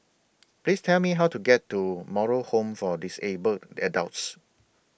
Please Tell Me How to get to Moral Home For Disabled Adults